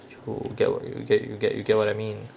you get what you get you get you get what I mean